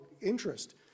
interest